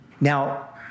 Now